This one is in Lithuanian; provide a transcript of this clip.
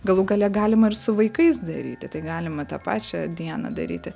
galų gale galima ir su vaikais daryti tai galima tą pačią dieną daryti